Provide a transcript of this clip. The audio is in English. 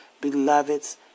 Beloveds